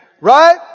Right